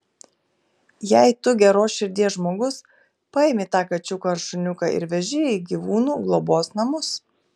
jei tu geros širdies žmogus paimi tą kačiuką ar šuniuką ir veži į gyvūnų globos namus